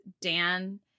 Dan